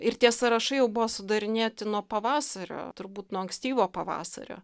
ir tie sąrašai jau buvo sudarinėti nuo pavasario turbūt nuo ankstyvo pavasario